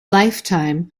lifetime